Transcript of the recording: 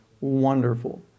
wonderful